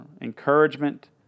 encouragement